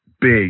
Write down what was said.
big